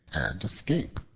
and escape.